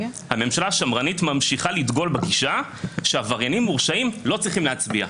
הממשלה השמרנית ממשיכה לדגול בגישה שעבריינים מורשים לא צריכים להצביע.